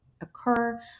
occur